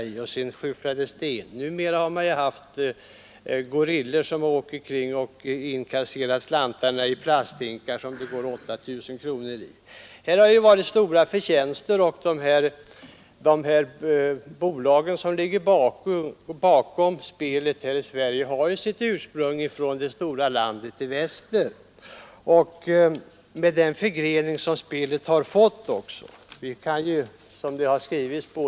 Sedan skaffade man ”gorillor” som åkte omkring och inkasserade slantarna i plasthinkar, som det gick 8 000 kronor i. De bolag som ligger bakom spelet här i landet har sitt ursprung från det stora landet i väster, och med den förgrening som spelet fått hos oss har man gjort stora förtjänster.